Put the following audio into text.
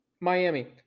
Miami